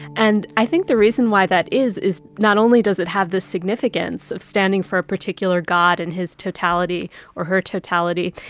and i think the reason why that is is not only does it have this significance of standing for a particular god in his totality or her totality,